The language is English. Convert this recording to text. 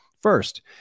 First